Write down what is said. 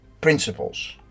principles